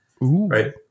right